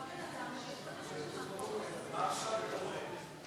על מה עכשיו מדברים?